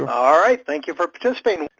um all right, thank you for participating.